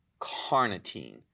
carnitine